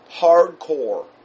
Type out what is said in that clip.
hardcore